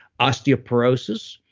osteoporosis,